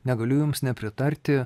negaliu jums nepritarti